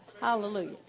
Hallelujah